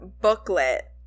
booklet